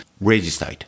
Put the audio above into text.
register